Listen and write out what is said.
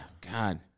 God